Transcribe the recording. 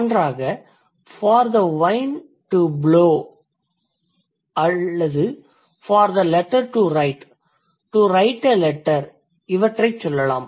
சான்றாக for the wind to blow அல்லது for the letter to write to write a letter இவற்றைச் சொல்லலாம்